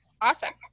Awesome